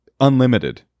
unlimited